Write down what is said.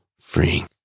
freeing